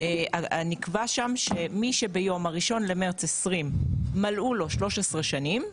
נקבע שם שמי שביום ה-1 למרץ 2020 מלאו לו 13 שנים,